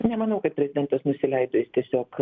nemanau kad prezidentas nusileido jis tiesiog